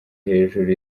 hejuru